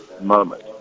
moment